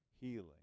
healing